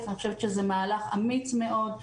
אני חושבת שזה מהלך אמיץ מאוד,